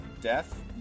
death